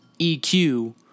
EQ